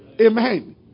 Amen